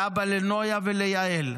ואבא לנויה וליהל,